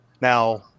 now